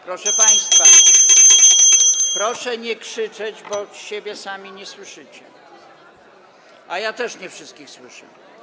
Proszę państwa, [[Gwar na sali, dzwonek]] proszę nie krzyczeć, bo sami siebie nie słyszycie, a ja też nie wszystkich słyszę.